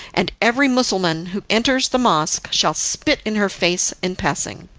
and every mussulman who enters the mosque shall spit in her face in passing.